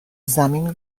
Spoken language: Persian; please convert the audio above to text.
زمین